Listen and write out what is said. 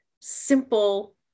simple